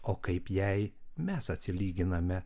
o kaip jai mes atsilyginame